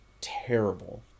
terrible